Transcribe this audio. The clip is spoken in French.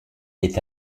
est